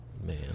man